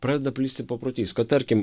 pradeda plisti paprotys kad tarkim